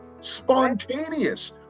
Spontaneous